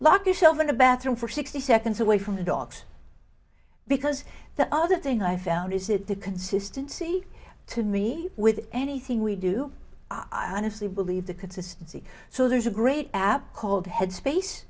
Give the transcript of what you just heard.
lock yourself in the bathroom for sixty seconds away from the dogs because the other thing i found is it the consistency to me with anything we do i honestly believe the consistency so there's a great app called headspace